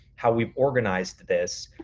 how we've organized this,